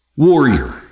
warrior